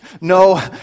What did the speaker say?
No